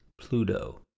Pluto